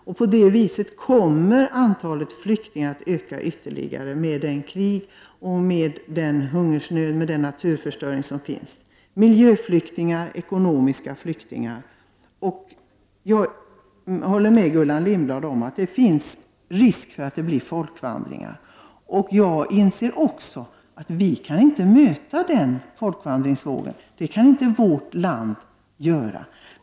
Antalet flyktingar kommer att öka ytterligare på grund av de krig, den hungersnöd och den naturförstörelse som finns. Vi får således även miljöflyktingar och ekonomiska flyktingar. Jag håller med Gullan Lindblad om att det finns risk för att det blir folkvandringar. Jag inser också att vi inte kan ta emot en folkvandringsvåg. Det kan inte vårt land göra.